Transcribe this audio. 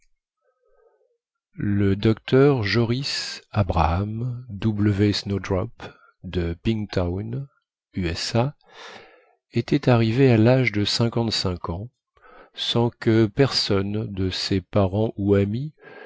le dr joris abraham w snowdrop de pigtown u s a était arrivé à lâge de cinquante-cinq ans sans que personne de ses parents ou amis